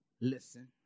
listen